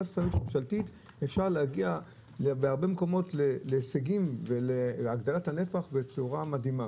ממשלתית אפשר להגיע להישגים ולהגדלת הנפח בצורה מדהימה.